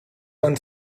van